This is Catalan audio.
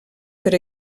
per